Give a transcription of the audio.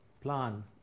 plan